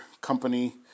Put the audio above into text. Company